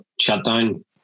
shutdown